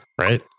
right